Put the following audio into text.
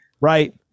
Right